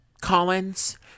Collins